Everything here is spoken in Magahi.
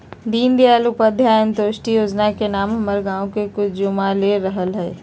दीनदयाल उपाध्याय अंत्योदय जोजना के नाम हमर गांव के कुछ जुवा ले रहल हइ